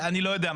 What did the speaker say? לא יודע,